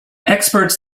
experts